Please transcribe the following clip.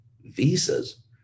visas